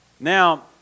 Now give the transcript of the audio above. Now